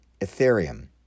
Ethereum